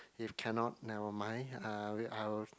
if cannot never mind uh I will